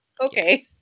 okay